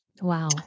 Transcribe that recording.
wow